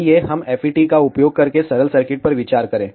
आइए हम FET का उपयोग करके सरल सर्किट पर विचार करें